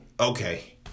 Okay